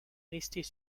restés